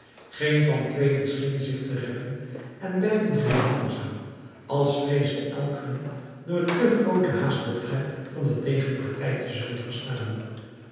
geen van tweeën scheen zich te reppen en beiden gingen langzaam als vreesde elk hunner door te groote haast den tred van zijn tegenpartij te zullen versnellen